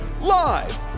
live